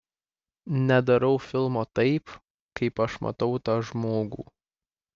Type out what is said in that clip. nedarau filmo taip kaip aš matau tą žmogų